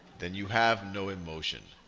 then you have no emotion.